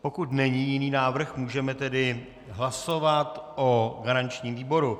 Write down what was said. Pokud není jiný návrh, můžeme tedy hlasovat o garančním výboru.